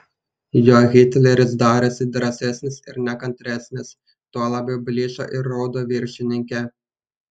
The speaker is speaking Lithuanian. juo hitleris darėsi drąsesnis ir nekantresnis tuo labiau blyško ir raudo viršininkė